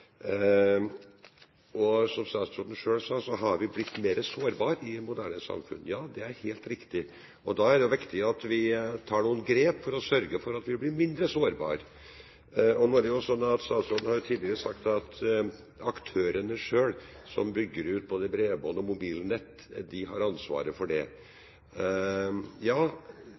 Som statsråden selv sa, har vi blitt mer sårbare i dagens samfunn. Det er helt riktig. Da er det viktig at vi tar noen grep for å sørge for at vi blir mindre sårbare. Nå er det jo slik at statsråden tidligere har sagt at aktørene selv, som bygger ut både bredbånd og mobilnett, har ansvaret for det.